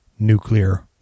Nuclear